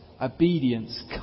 obedience